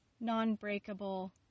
non-breakable